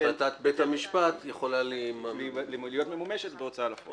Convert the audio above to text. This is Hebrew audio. --- החלטת בית משפט יכולה --- להיות ממומשת בהוצאה לפועל.